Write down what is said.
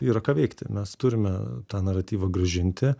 yra ką veikti mes turime tą naratyvą grąžinti